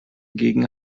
gegen